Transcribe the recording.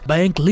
Bank